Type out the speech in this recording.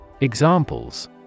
Examples